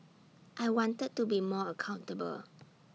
I wanted to be more accountable